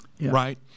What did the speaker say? right